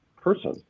person